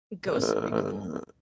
ghost